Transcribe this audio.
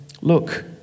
look